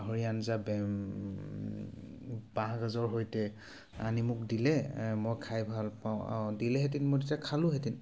গাহৰি আঞ্জা বাঁহগাজৰ সৈতে আনি মোক দিলে মই খাই ভাল পাওঁ অঁ দিলেহেঁতেন মই তেতিয়া খালোহেঁতেন